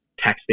texting